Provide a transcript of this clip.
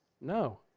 No